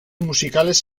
musicales